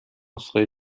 نسخه